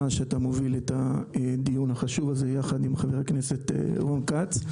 שאתה מוביל את הדיון החשוב הזה יחד עם חבר הכנסת רון כץ.